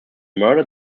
murder